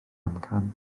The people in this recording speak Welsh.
amcan